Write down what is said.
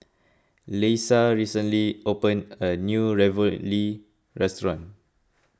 Leisa recently opened a new Ravioli restaurant